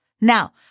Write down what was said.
Now